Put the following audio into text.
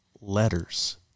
letters